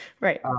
Right